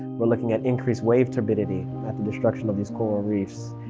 we're looking at increased wave turbidity at the destruction of these coral reefs,